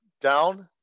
down